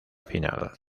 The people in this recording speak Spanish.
final